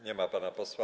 Nie ma pana posła.